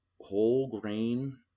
whole-grain